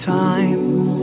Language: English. times